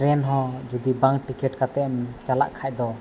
ᱦᱚᱸ ᱡᱩᱫᱤ ᱵᱟᱝ ᱠᱟᱛᱮᱫᱮᱢ ᱪᱟᱞᱟᱜ ᱠᱷᱟᱡ ᱫᱚ